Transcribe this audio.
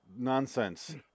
nonsense